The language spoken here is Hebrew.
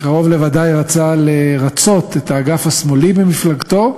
קרוב לוודאי, רצה לרצות את האגף השמאלי במפלגתו,